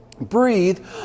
breathe